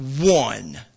one